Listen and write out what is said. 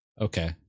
Okay